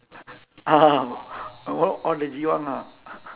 ah a~ al~ all the giwang ah